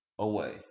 Away